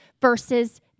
versus